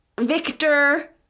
Victor